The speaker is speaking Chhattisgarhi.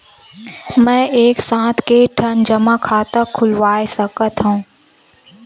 मैं एक साथ के ठन जमा खाता खुलवाय सकथव?